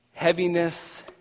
heaviness